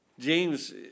James